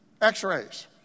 x-rays